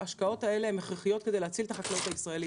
ההשקעות האלה הכרחיות כדי להציל את החקלאות הישראלית.